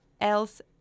else